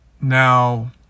Now